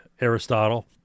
Aristotle